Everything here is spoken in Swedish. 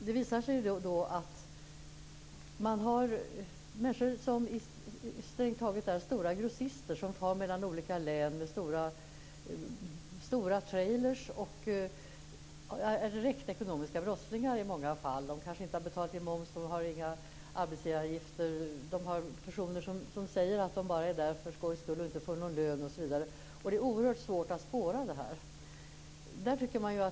Det visade sig att människor som strängt taget är stora grossister far mellan olika län med stora trailers. De är i många fall direkta ekonomiska brottslingar. De kanske inte har betalat in moms eller arbetsgivaravgifter. De har personer närvarande som säger att de bara är där för skoj skull och inte får någon lön, osv. Det är oerhört svårt att spåra dessa människor.